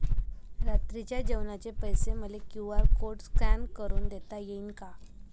रात्रीच्या जेवणाचे पैसे मले क्यू.आर कोड स्कॅन करून देता येईन का?